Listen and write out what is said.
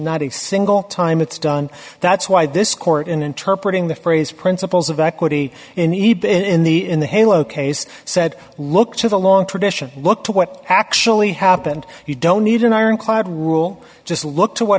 a single time it's done that's why this court in interpret in the phrase principles of equity in iba in the in the halo case said look to the long tradition look to what actually happened you don't need an ironclad rule just look to what